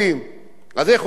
אז איך אומרים בערבית?